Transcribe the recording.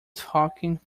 talking